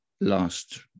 last